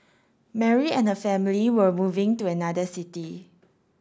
Mary and family were moving to another city